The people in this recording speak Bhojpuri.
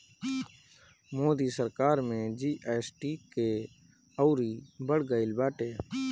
मोदी सरकार में जी.एस.टी के अउरी बढ़ गईल बाटे